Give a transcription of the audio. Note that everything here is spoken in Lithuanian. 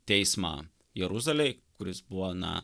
teismą jeruzalėj kuris buvo na